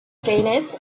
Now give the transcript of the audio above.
trainers